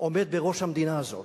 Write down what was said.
עומד בראש המדינה הזאת,